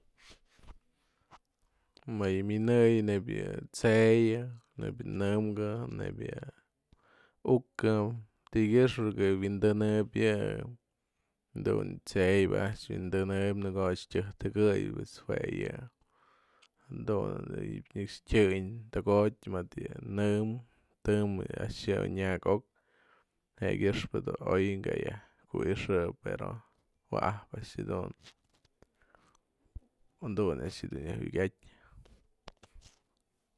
Më yë minëyë nebya yë tsë'ëy nebya yë nëmkë nebya yë ukan ti'ikyaxpë wyndënëp yë dun yë tsë'ëy bi'i a'ax wyndënëp në ko a'ax tyëjtëkë'ëy pues jue yë dun a'ax yë tyën tëko'oty mëd yë nëmkë të'ëm a'ax yë oy nyako'oka je du o'oy kyëxpë pero wa'ap a'ax jadun, jadun a'ax yë jyukatyë.